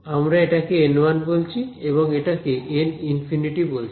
আমরা এটাকে n1 বলছি এবং এটাকে n∞ বলছি